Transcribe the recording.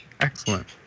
Excellent